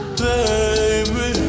baby